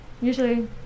usually